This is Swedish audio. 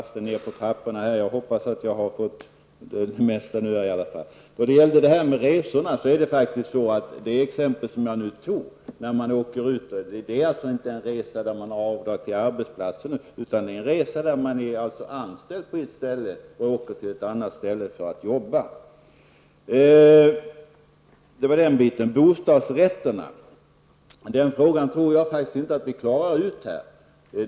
Fru talman! Jag beklagar att jag inte fick med svaren på alla frågorna. Jag har haft en del antecknat, och jag hoppas att jag har tagit upp det mesta. De exempel jag tog upp när det gäller bilresor i tjänsten gällde inte när man gör avdrag för resor till och från arbetsplatsen utan det förhållandet när man är anställd på ett ställe och åker till ett annat för att arbeta. När det gäller frågan om bostadsrätter tror jag faktiskt inte vi kan klara ut det här.